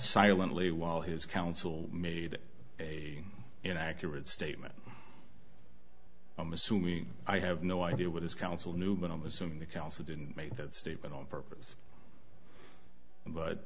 silently while his counsel made an accurate statement i'm assuming i have no idea what his counsel knew but i'm assuming the counsel didn't make that statement on purpose but